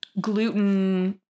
gluten